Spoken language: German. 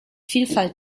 vielfalt